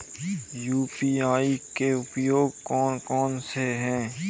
UPI के उपयोग कौन कौन से हैं?